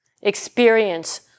experience